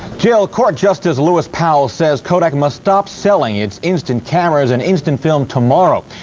jill, court justice lewis powell says kodak must stop selling its instant cameras and instant film tomorrow.